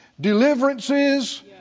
Deliverances